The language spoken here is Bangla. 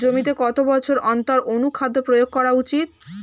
জমিতে কত বছর অন্তর অনুখাদ্য প্রয়োগ করা উচিৎ?